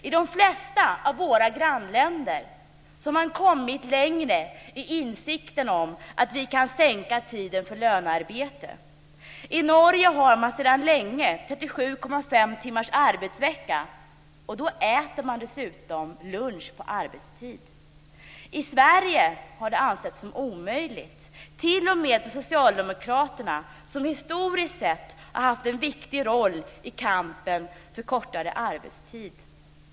I de flesta av våra grannländer har man kommit längre i insikten om att vi kan sänka tiden för lönearbete. I Norge har man sedan länge 37,5 timmars arbetsvecka, och då äter man dessutom lunch på arbetstid. I Sverige har detta ansetts som omöjligt t.o.m. av Socialdemokraterna, som historiskt sett har haft en viktig roll i kampen för kortare arbetstid.